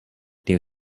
due